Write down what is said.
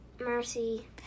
Mercy